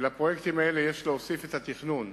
לפרויקטים האלה יש להוסיף את התכנון,